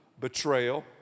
betrayal